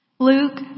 Luke